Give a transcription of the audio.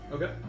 Okay